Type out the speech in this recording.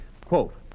Quote